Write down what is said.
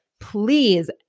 please